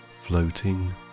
floating